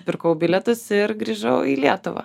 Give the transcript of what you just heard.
pirkau bilietus ir grįžau į lietuvą